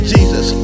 Jesus